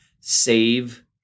save